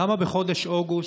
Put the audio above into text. למה בחודשים אוגוסט,